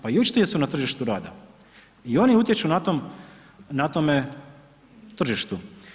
Pa i učitelji su na tržištu rada i oni utječu na tome tržištu.